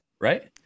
Right